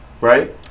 Right